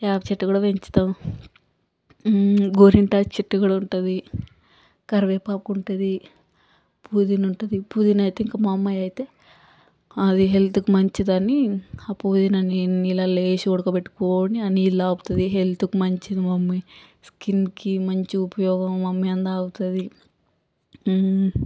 వేప చెట్టు కూడ పెంచుతాం గోరింటాకు చెట్టు కూడ ఉంటుంది కరివేపాకు ఉంటది పూదిన ఉంటుంది పుదీనా అయితే ఇంక మా అమ్మా అయితే అది హెల్త్కి మంచిది అని ఆ పుదీనాని నీళ్లలో వేసి ఉడకబెట్టుకుని ఆ నీళ్లు తాగుతుంది హెల్తుకు మంచిది మమ్మీ స్కిన్కి మంచి ఉపయోగం మమ్మీ అని తాగుతుంది